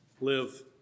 live